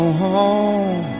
home